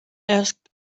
asked